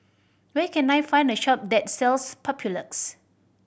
where can I find a shop that sells Papulex